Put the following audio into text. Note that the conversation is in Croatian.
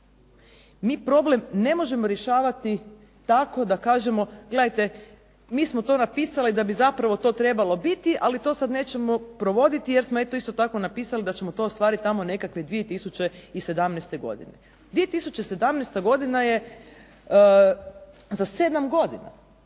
mi problem ne možemo rješavati tako da kažemo gledajte mi smo to napisali da bi zapravo to trebalo biti ali to sad nećemo provoditi jer smo isto tako napisali da ćemo to ostvariti tamo nekakve 2017. godine. 2017. godina je za 7 godina.